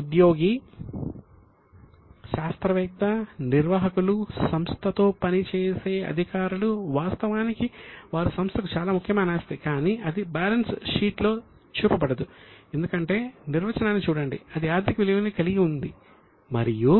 ఉద్యోగి శాస్త్రవేత్త నిర్వాహకులు సంస్థతో పనిచేసే అధికారులు వాస్తవానికి వారు సంస్థకు చాలా ముఖ్యమైన ఆస్తి కానీ అది బ్యాలెన్స్ షీట్లో చూపబడదు ఎందుకంటే నిర్వచనాన్ని చూడండి అది ఆర్థిక విలువను కలిగి ఉండాలి మరియు